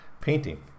painting